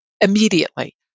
immediately